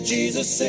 Jesus